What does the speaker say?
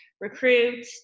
recruit